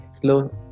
slow